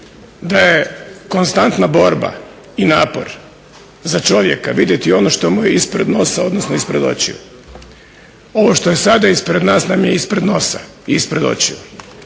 da je konstantna borba i napor za čovjeka vidjeti ono što mu je ispred nosa, odnosno ispred očiju. Ovo što je sada ispred nas nam je ispred nosa i ispred očiju.